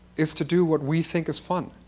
is to do what we think is fun,